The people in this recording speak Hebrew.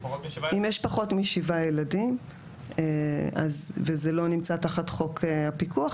אם יש פחות משבעה ילדים וזה לא נמצא תחת חוק הפיקוח,